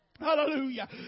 Hallelujah